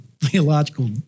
theological